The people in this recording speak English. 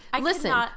listen